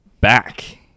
back